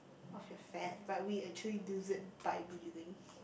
of your fat but we actually lose it by breathing